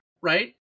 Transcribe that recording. right